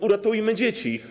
Uratujmy dzieci.